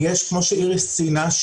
יש כמו שאיריס ציינה,